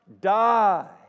Die